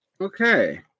Okay